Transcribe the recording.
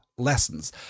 lessons